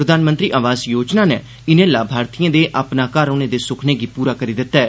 प्रधानमंत्री आवास योजना इनें लाभार्थिएं दे अपना घर होने दे सुक्खने गी पूरा करी दित्ता ऐ